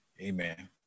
Amen